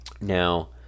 Now